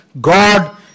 God